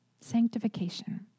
sanctification